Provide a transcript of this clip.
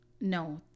No